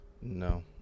no